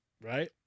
Right